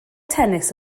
tennis